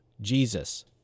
Jesus